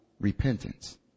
repentance